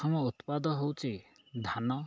ପ୍ରଥମ ଉତ୍ପାଦ ହେଉଛି ଧାନ